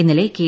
ഇന്നലെ കെ